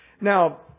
Now